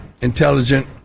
intelligent